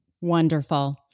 Wonderful